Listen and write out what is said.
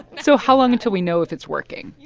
so how long until we know if it's working?